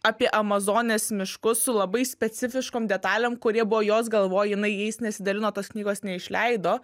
apie amazonės miškus su labai specifiškom detalėm kurie buvo jos galvoja jinai jais nesidalino tos knygos neišleido